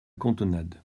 cantonade